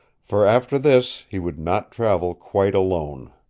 for after this he would not travel quite alone.